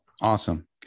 Awesome